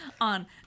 on